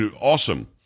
awesome